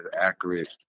accurate